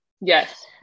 Yes